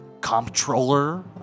comptroller